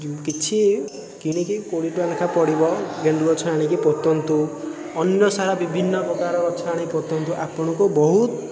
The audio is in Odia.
କିଛି କିଣିକି କୋଡ଼ିଏ ଟଙ୍କା ଲେଖା ପଡ଼ିବ ଗେଣ୍ଡୁ଼ ଗଛ ଆଣିକି ପୋତନ୍ତୁ ଅନ୍ୟସାରା ବିଭିନ୍ନପ୍ରକାର ଗଛ ଆଣି ପୋତନ୍ତୁ ଆପଣଙ୍କୁ ବହୁତ